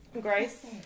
Grace